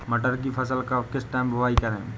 मटर की फसल का किस टाइम बुवाई करें?